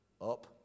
Up